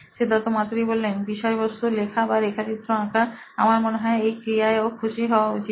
সিদ্ধার্থ মাতু রি সি ই ও নোইন ইলেক্ট্রনিক্স বিষয়বস্তু লেখা বা রেখাচিত্র আঁকা আমার মনে হয় এই ক্রিয়ায় ওর খুশি হওয়া উচিত